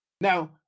Now